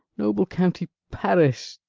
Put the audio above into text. noble county paris